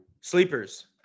Sleepers